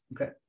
Okay